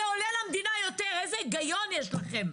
זה עולה למדינה יותר, איזה היגיון יש לכם.